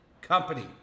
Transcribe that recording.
company